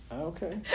Okay